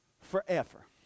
forever